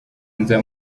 nza